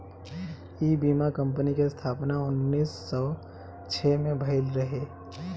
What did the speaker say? इ बीमा कंपनी के स्थापना उन्नीस सौ छह में भईल रहे